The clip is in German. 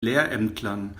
lehrämtlern